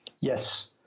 Yes